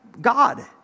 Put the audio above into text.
God